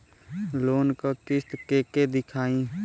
Loan क किस्त के के दियाई?